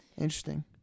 Interesting